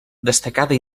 destacada